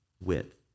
width